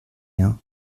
rien